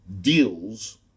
deals